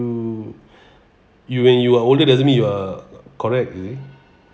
you you when you are older doesn't mean you are correct is it